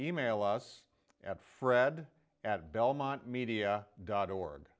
e mail us at fred at belmont media dot org